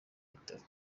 bitaro